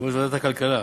יושב-ראש ועדת הכלכלה,